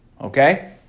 Okay